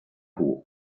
hoch